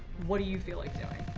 what do you feel like doing?